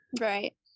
right